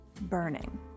burning